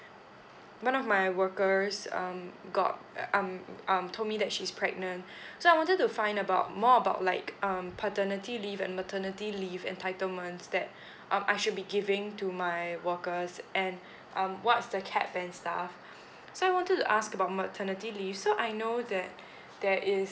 one of my workers um got uh um um told me that she's pregnant so I wanted to find about more about like um paternity leave and maternity leave entitlements that um I should be giving to my workers and um what's the cap and stuff so I wanted to ask about maternity leave so I know that there is